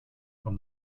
from